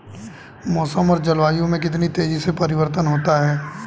मौसम और जलवायु में कितनी तेजी से परिवर्तन होता है?